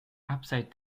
upside